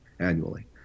annually